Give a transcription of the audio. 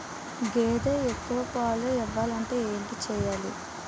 గేదె ఎక్కువ పాలు ఇవ్వాలంటే ఏంటి చెయాలి?